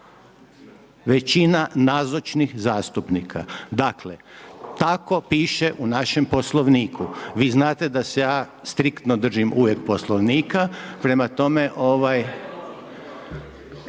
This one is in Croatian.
Većina nazočnih zastupnika, dakle tako piše u našem Poslovniku. Vi znate da se ja striktno držim uvijek Poslovnika, prema tome,